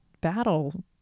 battle